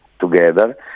together